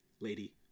lady